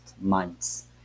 months